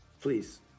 please